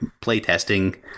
playtesting